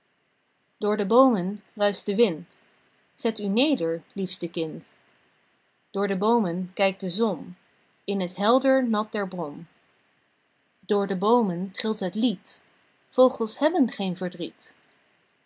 door de boomen ruischt de wind zet u neder liefste kind door de boomen kijkt de zon in het helder nat der bron door de boomen trilt het lied vogels hebben geen verdriet